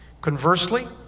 Conversely